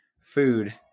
food